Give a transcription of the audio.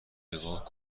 نگاه